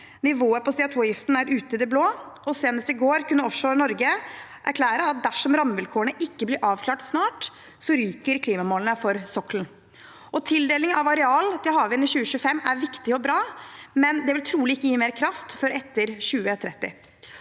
Nivået på CO2-avgiften er ute i det blå, og senest i går kunne Offshore Norge erklære at dersom rammevilkårene ikke blir avklart snart, ryker klimamålene for sokkelen. Tildeling av areal til havvind i 2025 er viktig og bra, men det vil trolig ikke gi mer kraft før etter 2030.